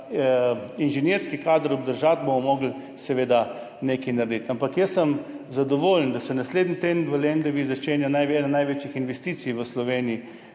inženirski kader obdržati, bomo morali nekaj narediti. Ampak jaz sem zadovoljen, da se naslednji teden v Lendavi začenja ena največjih investicij v Sloveniji,